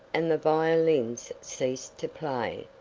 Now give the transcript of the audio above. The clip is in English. and the violins ceased to play,